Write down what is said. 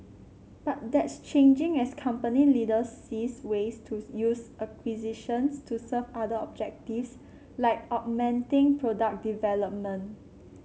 but that's changing as company leaders sees ways to use acquisitions to serve other objectives like augmenting product development